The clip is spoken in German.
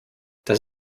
das